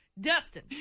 Dustin